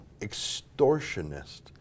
extortionist